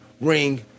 ring